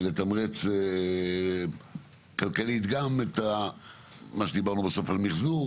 לתמרץ כלכלית גם את מה שדיברנו בסוף על מחזור